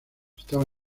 estaba